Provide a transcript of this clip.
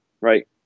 right